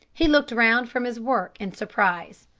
he looked round from his work in surprise.